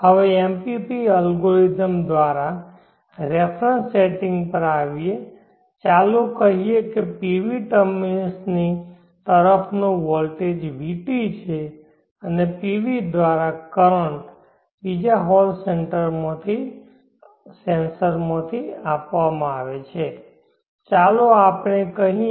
હવે MPP algorithm દ્વારા reference setting પર આવીએ ચાલો કહીએ કે PV ટર્મિનલ્સની તરફનો વોલ્ટેજ vt છે અને PV દ્વારા કરંટ બીજા હોલ સેન્સરથી માપવામાં આવે છે ચાલો આપણે કહીએ